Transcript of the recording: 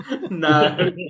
no